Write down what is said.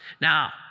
Now